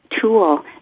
tool